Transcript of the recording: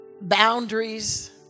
boundaries